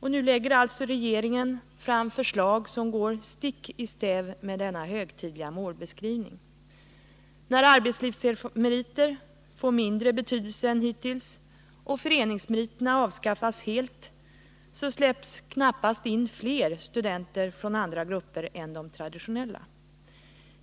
Nu lägger regeringen alltså fram förslag som går stick i stäv mot denna högtidliga målbeskrivning. När arbetslivsmeriter får mindre betydelse än hittills och när föreningsmeriterna helt avskaffas tar man knappast in fler studenter från andra grupper än de traditionella.